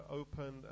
open